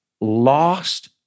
lost